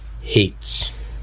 hates